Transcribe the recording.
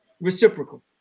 reciprocal